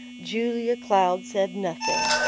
julia cloud said nothing.